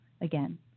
again